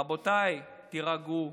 רבותיי, תירגעו,